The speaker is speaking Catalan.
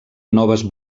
noves